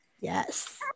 yes